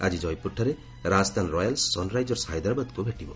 ଆକି ଜୟପୁରଠାରେ Rajasthan Royals Sunrisers ହାଇଦ୍ରାବାଦକୁ ଭେଟିବ